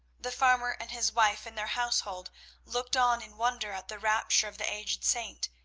the farmer and his wife and their household looked on in wonder at the rapture of the aged saint,